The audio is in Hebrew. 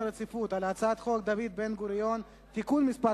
רציפות על הצעת חוק דוד בן-גוריון (תיקון מס'